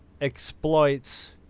exploits